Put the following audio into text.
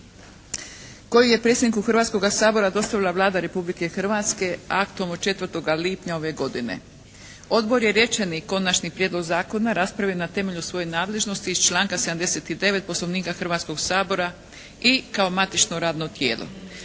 koju je predsjedniku Hrvatskoga sabora dostavila Vlada Republike Hrvatske aktom od 4. lipnja ove godine. Odbor je rečeni Konačni prijedlog zakona raspravio na temelju svoje nadležnosti iz članka 79. Poslovnika Hrvatskog sabora i kao matično radno tijelo.